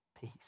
Peace